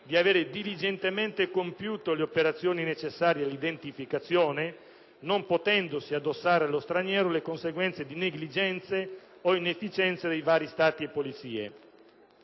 di aver diligentemente compiuto le operazioni necessarie all'identificazione, non potendosi addossare allo straniero le conseguenze di negligenze o inefficienze dei vari Stati e polizie.